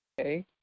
okay